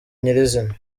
nyir’izina